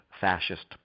fascist